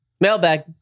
Mailbag